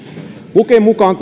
luken mukaan